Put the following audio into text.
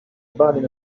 bug